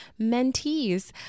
mentees